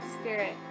spirit